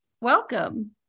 Welcome